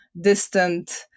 distant